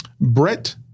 Brett